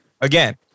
Again